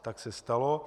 Tak se stalo.